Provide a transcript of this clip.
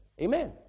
Amen